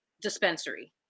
dispensary